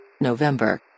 November